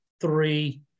three